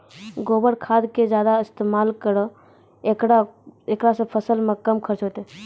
गोबर खाद के ज्यादा इस्तेमाल करौ ऐकरा से फसल मे कम खर्च होईतै?